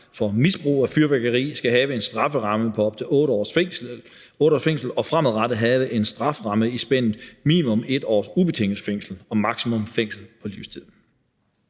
for misbrug af fyrværkeri skal have en strafferamme på op til 8 års fængsel og fremadrettet have en strafferamme i spændet minimum 1 års ubetinget fængsel og maksimum fængsel på livstid.